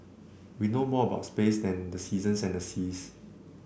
we know more about space than the seasons and the seas